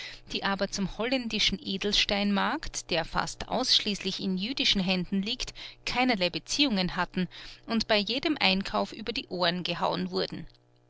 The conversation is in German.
die aber zum holländischen edelsteinmarkt der fast ausschließlich in jüdischen händen liegt keinerlei beziehungen hatten und bei jedem einkauf über die ohren gehauen wurden